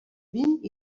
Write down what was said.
vint